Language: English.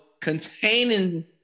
containing